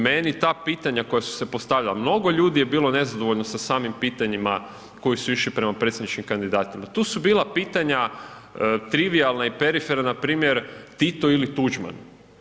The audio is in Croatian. Meni ta pitanja koja su se postavljala, mnogo ljudi je bilo nezadovoljno sa samim pitanjima koja su išla prema predsjedničkim kandidatima, tu su bila pitanja trivijalna i periferna, npr. Tito ili Tuđman.